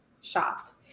shop